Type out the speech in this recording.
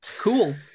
cool